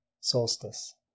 solstice